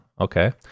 Okay